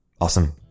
Awesome